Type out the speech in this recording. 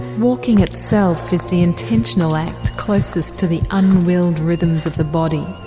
walking itself is the intentional act closest to the unwilled rhythms of the body,